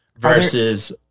Versus